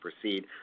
proceed